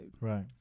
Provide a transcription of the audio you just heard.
Right